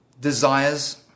desires